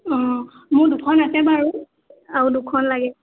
অঁ মোৰ দুখন আছে বাৰু আৰু দুখন লাগে